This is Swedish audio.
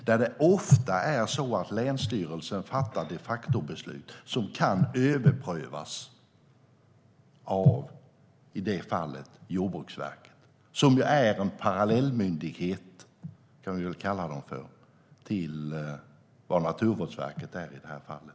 Där är det ju ofta länsstyrelsen som fattar de-facto-beslut som kan överprövas av, i det fallet, Jordbruksverket som ju är en parallellmyndighet till vad Naturvårdsverket är i det här fallet.